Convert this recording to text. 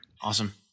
Awesome